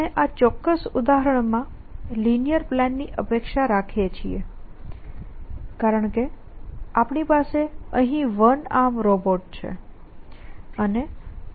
આપણે આ ચોક્કસ ઉદાહરણમાં લિનીઅર પ્લાનની અપેક્ષા રાખીએ છીએ કારણે કે આપણી પાસે અહીં વન આર્મ રોબોટ છે